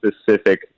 specific